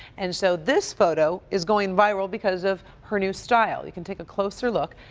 and so this photo is going viral because of her new style. you can take a closer look.